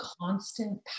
constant